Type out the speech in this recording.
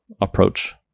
approach